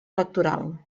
electoral